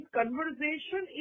conversation